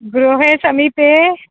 गृहे समीपे